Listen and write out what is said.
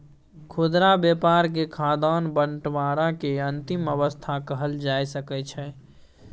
खुदरा व्यापार के खाद्यान्न बंटवारा के अंतिम अवस्था कहल जा सकइ छइ